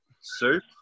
soup